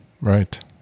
right